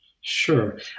Sure